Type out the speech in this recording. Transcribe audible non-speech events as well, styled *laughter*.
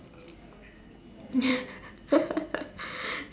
*laughs*